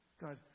God